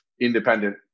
independent